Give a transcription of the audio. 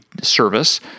service